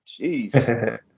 Jeez